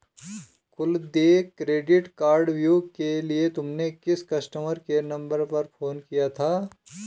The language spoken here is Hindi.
कुल देय क्रेडिट कार्डव्यू के लिए तुमने किस कस्टमर केयर नंबर पर फोन किया था?